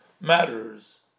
matters